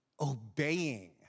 obeying